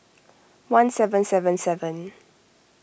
one seven seven seven